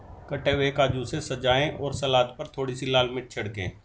कटे हुए काजू से सजाएं और सलाद पर थोड़ी सी लाल मिर्च छिड़कें